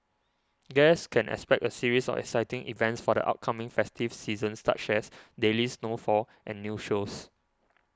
guests can expect a series of exciting events for the upcoming festive season such as daily snowfall and new shows